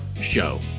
Show